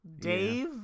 dave